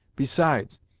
besides,